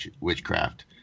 witchcraft